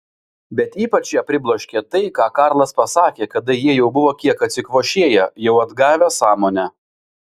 bet ypač ją pribloškė tai ką karlas pasakė kada jie jau buvo kiek atsikvošėję jau atgavę sąmonę